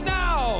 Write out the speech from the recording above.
now